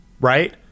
right